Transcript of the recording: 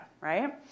right